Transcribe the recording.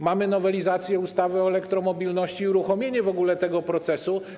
Mamy nowelizację ustawy o elektromobilności i uruchomienie w ogóle tego procesu.